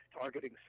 targeting